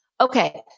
Okay